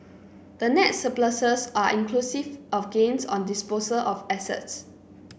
the net surpluses are inclusive of gains on disposal of assets